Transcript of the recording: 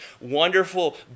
wonderful